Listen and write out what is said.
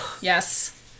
Yes